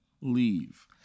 leave